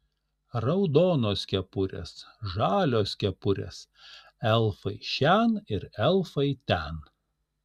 raudonos kepurės žalios kepurės elfai šen ir elfai ten